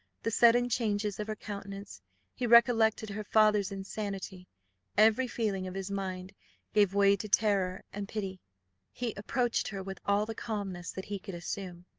the sudden changes of her countenance he recollected her father's insanity every feeling of his mind gave way to terror and pity he approached her with all the calmness that he could assume,